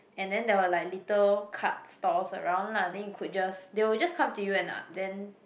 and then there were like little cart stores around lah and you could just they would just come to you and uh then